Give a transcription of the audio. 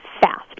fast